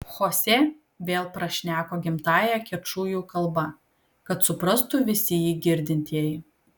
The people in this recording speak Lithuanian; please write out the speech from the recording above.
chosė vėl prašneko gimtąja kečujų kalba kad suprastų visi jį girdintieji